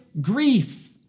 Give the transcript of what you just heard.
grief